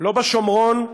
לא בשומרון,